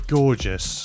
gorgeous